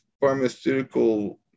pharmaceutical